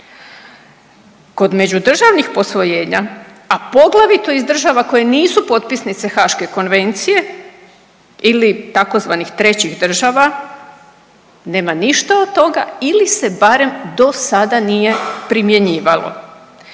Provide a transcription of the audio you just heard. Kod međudržavnih posvojenja, a poglavito iz država koje nisu potpisnice Haaške konvencije ili tzv. trećih država nema ništa od toga ili se barem dosada nije primjenjivalo.